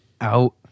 out